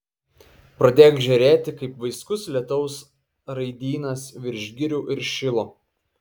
pradėk žėrėti kaip vaiskus lietaus raidynas virš girių ir šilo